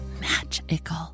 magical